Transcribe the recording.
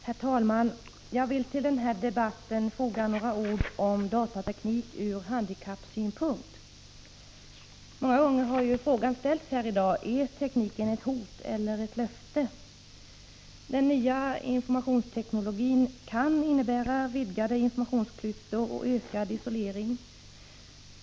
Herr talman! Jag vill till den här debatten foga några ord om datateknik ur handikappsynpunkt. Många gånger har frågan ställts här i dag: Är tekniken ett hot eller ett löfte? Den nya informationsteknologin kan innebära vidgade informationsklyftor och ökad isolering.